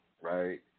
right